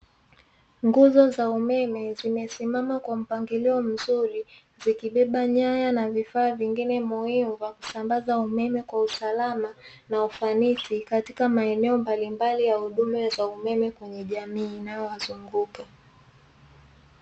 Nguzo za umeme zimesimama kwa mpangilio mzuri, zikibeba nyaya na vifaa vyengine muhimu vya kusambaza umeme kwa usalama na ufanisi katika maeneo mbalimbali ya huduma za umeme kwenye jamii inayowazunguka.